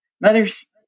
mother's